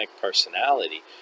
personality